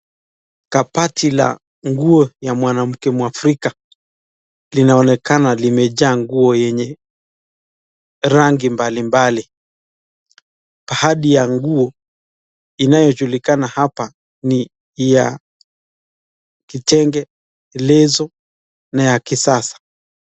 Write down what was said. Kabati la nguo ya mwanamke mwafrika. Linaonekana limejaa nguo yenye rangi mbalimbali. Baadhi ya nguo inayojulikana hapa ni ya kitenge, leso na ya kisasa.